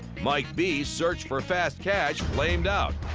mike b. searched for fast cash, flamed out,